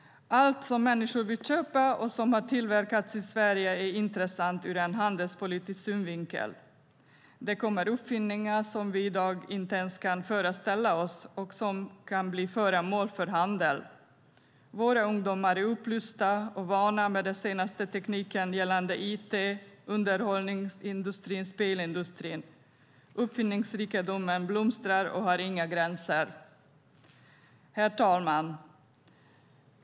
Allt som människor vill köpa och som har tillverkats i Sverige är intressant ur handelspolitisk synvinkel. Det kommer uppfinningar som vi i dag inte ens kan föreställa oss och som kan bli föremål för handel. Våra ungdomar är upplysta och vana vid den senaste tekniken gällande it, underhållning och spelindustrin. Uppfinningsrikedomen blomstrar och har inga gränser. Herr talman!